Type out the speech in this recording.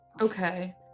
Okay